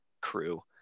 crew